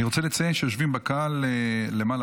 אני רוצה לציין שיושבים בקהל למעלה,